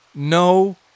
No